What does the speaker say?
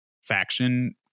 faction